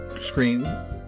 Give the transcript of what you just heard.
screen